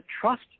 trust